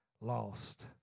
lost